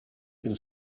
can